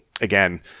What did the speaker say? again